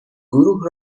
گروه